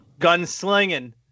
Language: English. Gunslinging